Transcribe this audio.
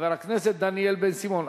חבר הכנסת דניאל בן-סימון.